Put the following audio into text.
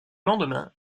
lendemain